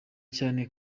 cyane